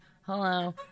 Hello